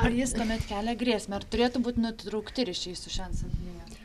ar jis tuomet kelia grėsmę ar turėtų būt nutraukti ryšiai su šia asamblėja